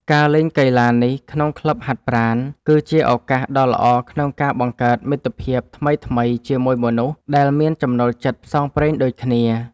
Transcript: ការលេងកីឡានេះក្នុងក្លឹបហាត់ប្រាណ គឺជាឱកាសដ៏ល្អក្នុងការបង្កើតមិត្តភាពថ្មីៗជាមួយមនុស្សដែលមានចំណូលចិត្តផ្សងព្រេងដូចគ្នា។